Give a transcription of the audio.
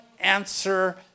answer